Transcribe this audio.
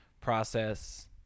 process